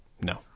No